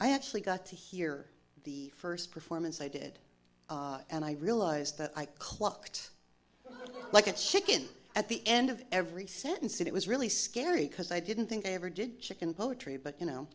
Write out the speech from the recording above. i actually got to hear the first performance i did and i realized that i clocked like a chicken at the end of every sentence it was really scary because i didn't think i ever did chicken poetry but you know